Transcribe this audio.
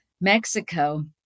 Mexico